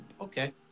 Okay